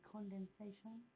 Condensation